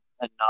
enough